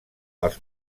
els